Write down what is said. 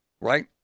Right